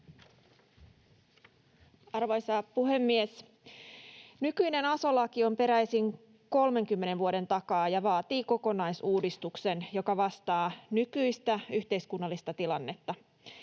Arvoisa puhemies! Nykyinen aso-laki on peräisin 30 vuoden takaa ja vaatii kokonaisuudistuksen, joka vastaa nykyistä yhteiskunnallista tilannetta.